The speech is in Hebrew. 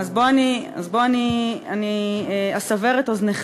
אז בוא אני אסבר את אוזנך.